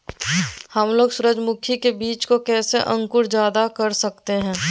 हमलोग सूरजमुखी के बिज की कैसे अंकुर जायदा कर सकते हैं?